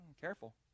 Careful